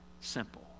simple